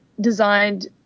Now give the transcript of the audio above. designed